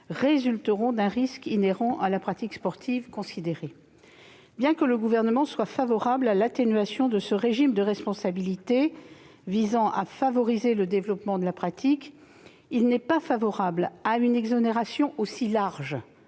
réalisation d'un risque inhérent à la pratique sportive considérée ». Bien que le Gouvernement soit favorable à l'atténuation du régime actuel de responsabilité, afin de favoriser le développement de la pratique, il ne saurait soutenir une exonération aussi large,